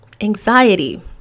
Anxiety